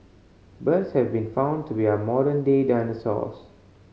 birds have been found to be our modern day dinosaurs